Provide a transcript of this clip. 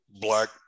black